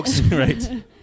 Right